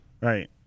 Right